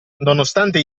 nonostante